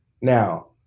Now